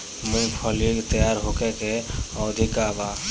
मूँगफली तैयार होखे के अवधि का वा?